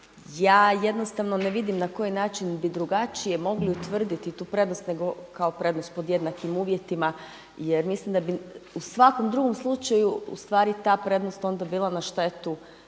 Ja jednostavno ne vidim na koji način bi drugačije mogli utvrditi tu prednost nego kao prednost pod jednakim uvjetima jer mislim da bi u svakom drugom slučaju ustvari ta prednost onda bila na štetu svih